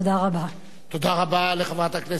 תודה רבה לחברת הכנסת זהבה גלאון.